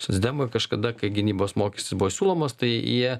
socdemai kažkada kai gynybos mokestis buvo siūlomas tai jie